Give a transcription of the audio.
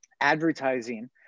advertising